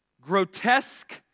grotesque